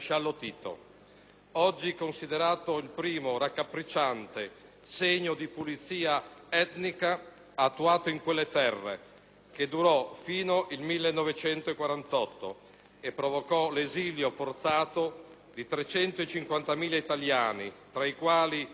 oggi considerato il primo raccapricciante segno di pulizia etnica attuata in quelle terre che durò fino al 1948 e provocò l'esilio forzato di 350.000 italiani, tra i quali vecchi,